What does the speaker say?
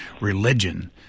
religion